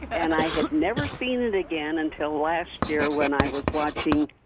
and i have never seen it again until last year when i was watching